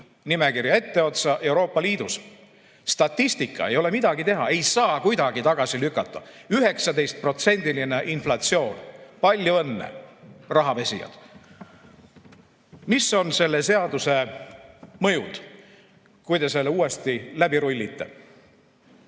nimekirja etteotsa Euroopa Liidus. Statistika, ei ole midagi teha, ei saa kuidagi tagasi lükata – 19%-line inflatsioon. Palju õnne, rahapesijad! Mis on selle seaduse mõjud, kui te selle uuesti läbi rullite?